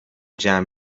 جمع